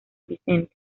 vicente